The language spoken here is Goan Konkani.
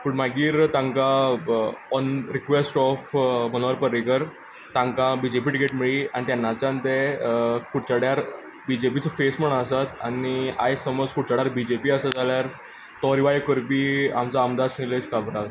पूण मागीर तांकां ओन रिक्वेश्ट ओफ मनोहर पर्रीकर तांकां बी जे पी टिकेट मेळ्ळी आनी तेन्नाच्यान ते कुडचड्यार बी जे पीचो फेस म्हणून आसात आयज समज कुडचड्यार बी जे पी आसा समज जाल्यार तो रिवायव करपी आमचो आमदार श्री निलेश काब्राल